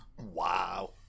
Wow